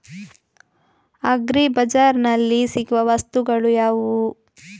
Agri ಬಜಾರ್ನಲ್ಲಿ ಸಿಗುವ ವಸ್ತುಗಳು ಯಾವುವು?